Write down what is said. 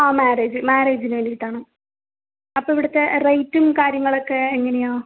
ആ മാരേജ് മാരേജിന് വേണ്ടീട്ടാണ് അപ്പോൾ ഇവിടുത്തെ റേറ്റും കാര്യങ്ങളക്കെ എങ്ങനെയാണ്